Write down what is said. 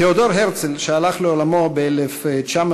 תיאודור הרצל, שהלך לעולמו ב-1904,